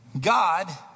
God